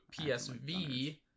PSV